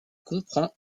comprend